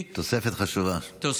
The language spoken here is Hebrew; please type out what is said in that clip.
תוספת חשובה לקראת פסח.